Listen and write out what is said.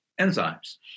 enzymes